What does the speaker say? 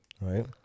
Right